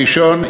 הראשון,